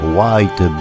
White